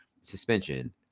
suspension